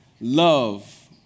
Love